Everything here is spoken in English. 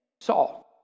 Saul